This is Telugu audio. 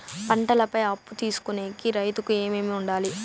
పంటల పై అప్పు తీసుకొనేకి రైతుకు ఏమేమి వుండాలి?